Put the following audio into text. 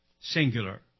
singular